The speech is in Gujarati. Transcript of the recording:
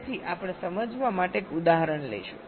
તેથી આપણે સમજાવવા માટે એક ઉદાહરણ લઈશું